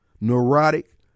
neurotic